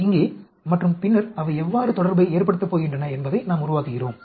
இங்கே மற்றும் பின்னர் அவை எவ்வாறு தொடர்பை ஏற்படுத்தப் போகின்றன என்பதை நாம் உருவாக்குகிறோம்